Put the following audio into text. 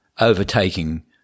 overtaking